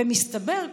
ומסתבר,